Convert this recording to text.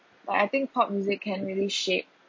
but I think pop music can really shape